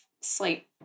sleep